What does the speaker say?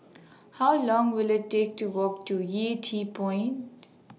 How Long Will IT Take to Walk to Yew Tee Point